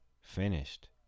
finished